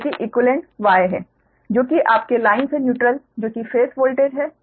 जो की equivalent Y है जो कि आपके लाइन से न्यूट्रल जो कि फेज वोल्टेज है